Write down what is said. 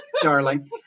darling